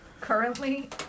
currently